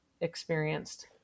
experienced